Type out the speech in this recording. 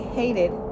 hated